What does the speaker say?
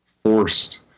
forced